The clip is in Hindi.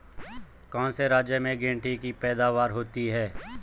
कौन से राज्य में गेंठी की पैदावार होती है?